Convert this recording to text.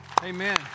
Amen